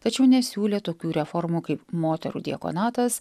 tačiau nesiūlė tokių reformų kaip moterų diekanatas